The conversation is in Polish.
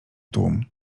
tłum